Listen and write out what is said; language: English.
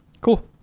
Cool